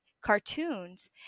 cartoons